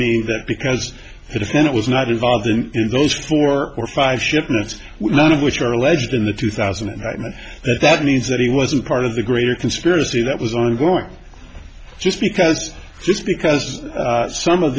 mean that because it was not involved in those four or five shipments were none of which are alleged in the two thousand and that means that he wasn't part of the greater conspiracy that was ongoing just because just because some of